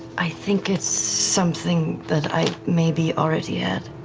i think it's something that i maybe already and